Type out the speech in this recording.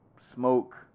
Smoke